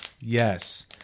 Yes